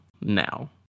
now